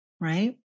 right